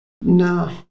No